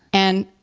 and,